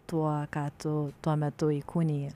tuo ką tu tuo metu įkūniji